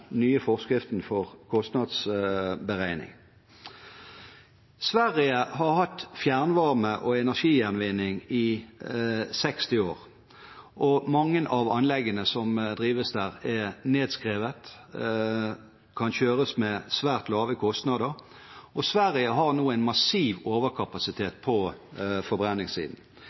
nye forskriften for kostnadsberegning. Sverige har hatt fjernvarme og energigjenvinning i 60 år. Mange av anleggene som drives der, er nedskrevet og kan kjøres med svært lave kostnader. Sverige har nå en massiv overkapasitet